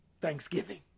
thanksgiving